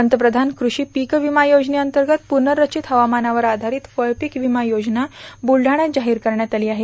पंतप्रधान कृषी पीक विमा योजनेअंतर्गत पुनरीचित हवामानावर आधारित फळपिक विमा योजना बुलडाण्यात जाहीर करण्यात आली आहे